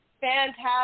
Fantastic